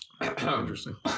interesting